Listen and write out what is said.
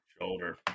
Shoulder